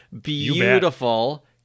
Beautiful